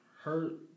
hurt